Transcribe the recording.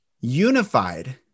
Unified